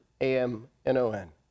A-M-N-O-N